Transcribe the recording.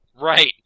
Right